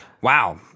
Wow